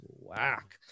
whack